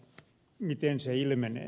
miten se ilmenee